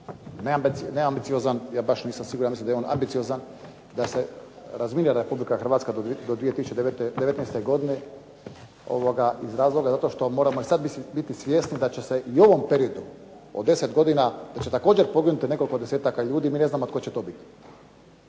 neambiciozan. Ja baš nisam siguran, ja mislim da je on ambiciozan, da se razminira Republika Hrvatska do 2019. godine iz razloga što moramo sada biti svjesni da će se i u ovom periodu od 10 godina, da će također poginuti nekoliko desetaka ljudi. Mi ne znamo tko će to biti.